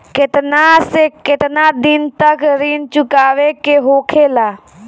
केतना से केतना दिन तक ऋण चुकावे के होखेला?